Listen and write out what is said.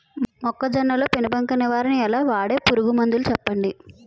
మొక్కజొన్న లో పెను బంక నివారణ ఎలా? వాడే పురుగు మందులు చెప్పండి?